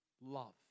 love